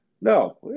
no